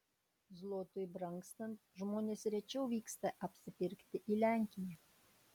zlotui brangstant žmonės rečiau vyksta apsipirkti į lenkiją